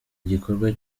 igikorwa